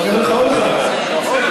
נסדר לך עוד אחת.